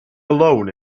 alone